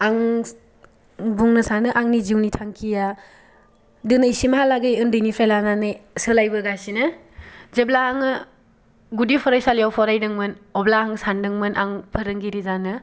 आं बुंनो सानो आंनि जिउनि थांखिया दिनैसिमहा लागै उन्दैनिफ्राय लानानै सोलाय बोगासिनो जेब्ला आङो गुदि फरायसालियाव फरायदोंमोन अब्ला आं सान्दोंमोन आं फोरोंगिरि जानो